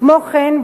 כמו כן,